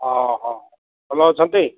ଓହୋ ଭଲ ଅଛନ୍ତି